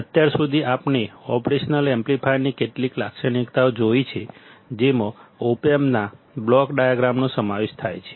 અત્યાર સુધી આપણે ઓપરેશનલ એમ્પ્લીફાયરની કેટલીક લાક્ષણિકતાઓ જોઈ છે જેમાં ઓપ એમ્પના બ્લોક ડાયાગ્રામનો સમાવેશ થાય છે